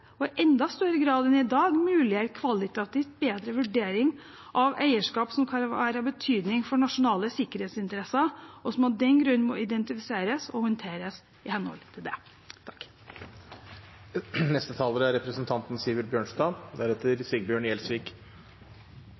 og i enda større grad enn i dag muliggjøre en kvalitativt bedre vurdering av eierskap som kan være av betydning for nasjonale sikkerhetsinteresser, og som av den grunn må identifiseres og håndteres i henhold til det.